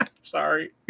Sorry